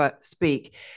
speak